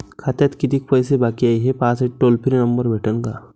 खात्यात कितीकं पैसे बाकी हाय, हे पाहासाठी टोल फ्री नंबर भेटन का?